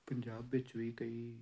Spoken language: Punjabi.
ਪੰਜਾਬ ਵਿੱਚ ਵੀ ਕਈ